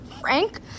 Frank